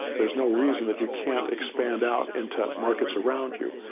there's no reason that you can't expand out into markets around you.